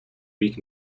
weak